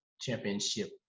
championship